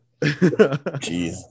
Jeez